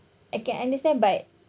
I can understand but